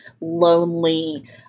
lonely